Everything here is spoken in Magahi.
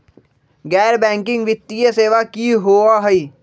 गैर बैकिंग वित्तीय सेवा की होअ हई?